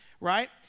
right